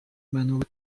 بنابه